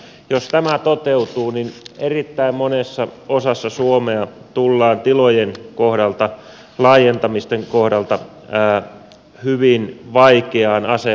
jos tämä toteutuu niin erittäin monessa osassa suomea tullaan tilojen laajentamisten kohdalla hyvin vaikeaan asemaan